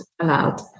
allowed